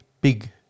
Big